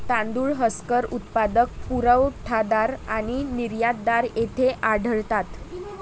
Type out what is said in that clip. तांदूळ हस्कर उत्पादक, पुरवठादार आणि निर्यातदार येथे आढळतात